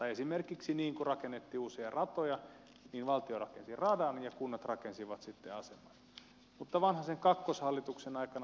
kun esimerkiksi rakennettiin uusia ratoja niin valtio rakensi radan ja kunnat rakensivat sitten aseman mutta vanhasen kakkoshallituksen aikana tästä luovuttiin